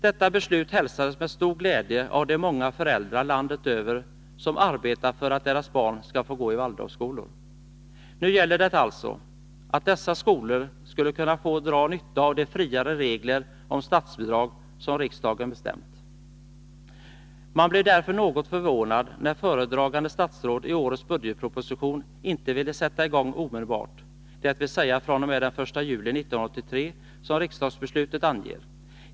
Detta beslut hälsades med stor glädje av de många föräldrar landet över som arbetar för att deras barn skall få gå i Waldorfskolor. Nu gäller det alltså att dessa skolor skall kunna få dra nytta av de friare regler om statsbidrag som riksdagen bestämt. Man blev därför något förvånad när föredragande statsråd i årets budgetproposition inte ville sätta i gång omedelbart, dvs. fr.o.m. den 1 juli 1983 som riksdagsbeslutet anger.